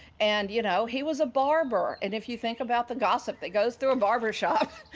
and you know, he was a barber, and if you think about the gossip that goes through a barber shop,